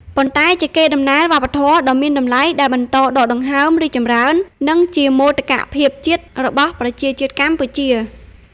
ប៉ុន្តែជាកេរដំណែលវប្បធម៌ដ៏មានតម្លៃដែលបន្តដកដង្ហើម រីកចម្រើន និងជាមោទកភាពរបស់ប្រជាជាតិកម្ពុជា។